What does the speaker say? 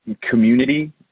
community